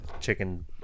chicken